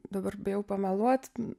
dabar bijau pameluot